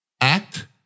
Act